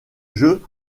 jeu